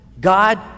God